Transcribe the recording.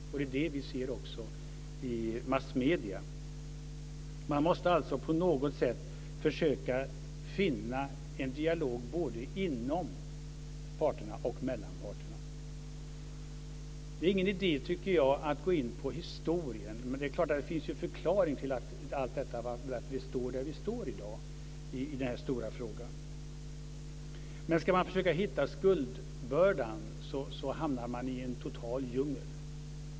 Det är också det vi ser i massmedierna. Man måste på något sätt försöka finna en dialog både i de egna leden och mellan parterna. Det är ingen idé, tycker jag, att gå in på historien. Det är klart att det finns en förklaring till att vi står där vi står i dag i denna stora fråga, men ska man försöka hitta skuldbördan hamnar man i en djungel.